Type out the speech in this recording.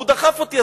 הוא דחף אותי,